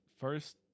first